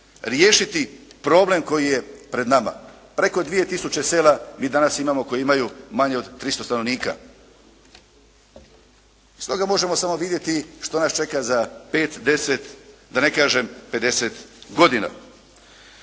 riješiti problem koji je pred nama. Preko 2 tisuće sela mi danas imamo koji imaju manje od 300 stanovnika. Iz toga možemo samo vidjeti što nas čeka za 5, 10 da